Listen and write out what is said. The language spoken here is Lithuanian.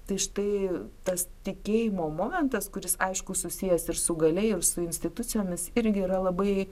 tai štai tas tikėjimo momentas kuris aišku susijęs ir su galia ir su institucijomis irgi yra labai